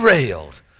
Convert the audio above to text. derailed